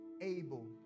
able